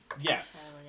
Yes